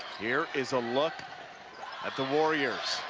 here is a look at the warriors.